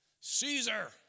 Caesar